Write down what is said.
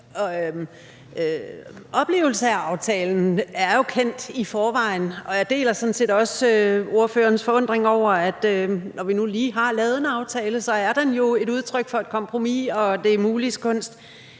oplevelse af aftalen er jo kendt i forvejen, og jeg deler sådan set også ordførerens forundring over det, for når vi lige har lavet en aftale, er den jo et udtryk for et kompromis og det muliges kunst.